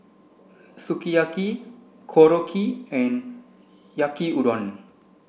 Sukiyaki Korokke and Yaki Udon